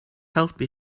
helpu